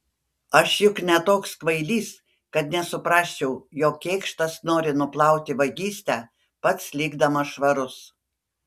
aš juk ne toks kvailys kad nesuprasčiau jog kėkštas nori nuplauti vagystę pats likdamas švarus